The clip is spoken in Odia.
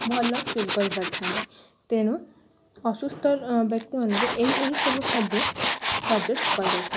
ଭଲ ଫିଲ୍ କରିପାରିଥାନ୍ତି ତେଣୁ ଅସୁସ୍ତ ବ୍ୟକ୍ତିମାନଙ୍କୁ ଏହି ଏହି ସବୁ ଖାଦ୍ୟ ସଜେଷ୍ଟ କରାଯାଇଥାଏ